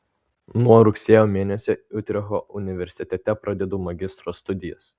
nuo rugsėjo mėnesio utrechto universitete pradedu magistro studijas